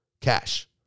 Cash